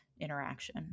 interaction